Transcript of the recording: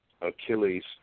Achilles